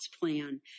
plan